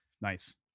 Nice